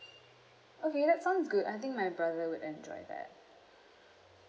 okay that sounds good I think my brother would enjoy that